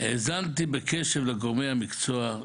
האזנתי בקשב לגורמי המקצוע,